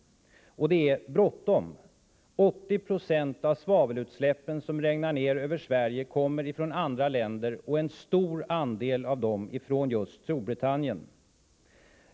Det är bråttom. 8090 av svavelutsläppen som regnar ner över Sverige kommer från andra länder, och en stor andel av dem kommer från just Storbritannien.